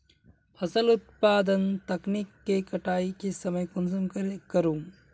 फसल उत्पादन तकनीक के कटाई के समय कुंसम करे करूम?